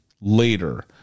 later